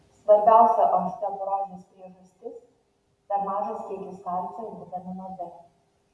svarbiausia osteoporozės priežastis per mažas kiekis kalcio ir vitamino d